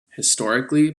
historically